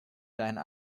deinen